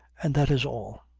and that is all.